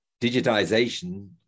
digitization